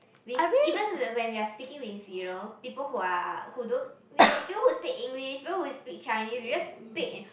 we've even when when we are speaking with you know people who are who don't you know people who speak English people who speak Chinese we just speak in